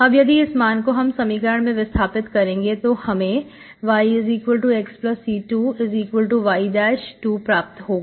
अब यदि इस मान को हम समीकरण में विस्थापित करेंगे तो हमें yxc2y22प्राप्त होगा